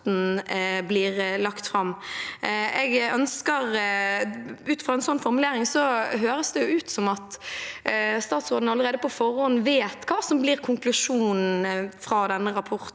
Ut fra en sånn formulering høres det ut som statsråden allerede på forhånd vet hva som blir konklusjonen fra denne rapporten.